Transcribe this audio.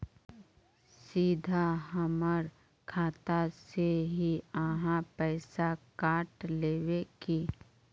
सीधा हमर खाता से ही आहाँ पैसा काट लेबे की?